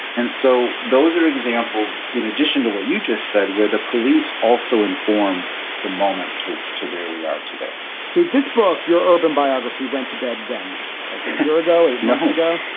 and so those are examples, in addition to what you just said, where the police also inform the moment to look to where we are today so this book, your urban biography, went to bed when like a year ago, eight months ago,